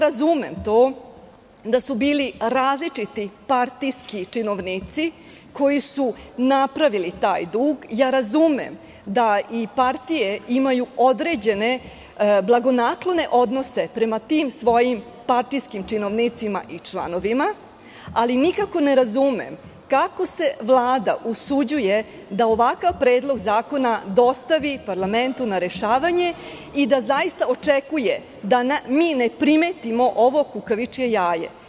Razumem da su bili različiti partijski činovnici koji su napravili taj dug, razumem da i partije imaju određene blagonaklone odnose prema tim svojim partijskim činovnicima i članovima, ali nikako ne razumem kako se Vlada usuđuje da ovakav predlog zakona dostavi parlamentu na rešavanje i da zaista očekuje da mi ne primetimo ovo kukavičije jaje.